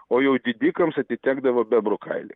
o jau didikams atitekdavo bebrų kailiai